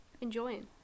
enjoying